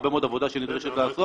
הרבה מאוד עבודה שנדרשת לעשות,